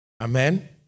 Amen